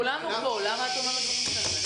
למה את אומרת דברים כאלה?